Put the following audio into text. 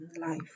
life